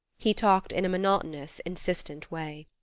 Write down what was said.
he talked in a monotonous, insistent way.